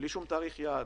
בלי שום תאריך יעד,